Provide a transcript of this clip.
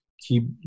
Keep